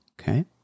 okay